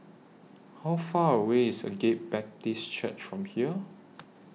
How Far away IS Agape Baptist Church from here